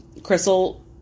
Crystal